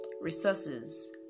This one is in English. resources